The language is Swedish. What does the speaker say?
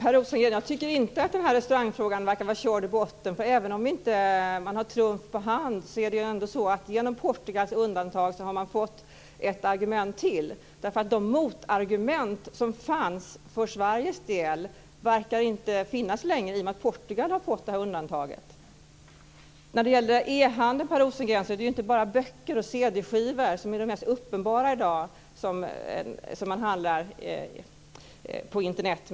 Fru talman! Jag tycker inte att restaurangfrågan är körd i botten, Per Rosengren. Även om man inte har trumf på hand har man genom Portugals undantag fått ett argument till. De motargument som fanns för Sveriges del verkar inte finnas längre i och med att Portugal har fått undantaget. E-handeln gäller inte bara böcker och cd-skivor, Per Rosengren, som i dag uppenbart är det man mest handlar med på Internet.